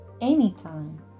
anytime